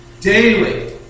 daily